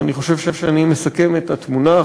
אני חושב שאני מסכם את התמונה,